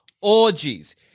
Orgies